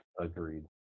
agreed